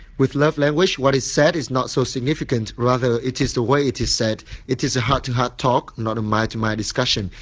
with love language what is said is not so significant rather, it is the way it is said it is a heart-to-heart talk, not a mind-to-mind discussion.